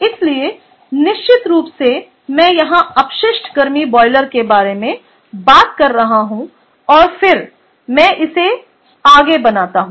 इसलिए निश्चित रूप से मैं यहां अपशिष्ट गर्मी बॉयलर के बारे में बात कर रहा हूं और फिर मैं इसे आगे बनाता हूं